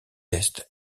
est